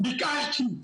ביקשנו.